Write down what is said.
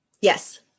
yes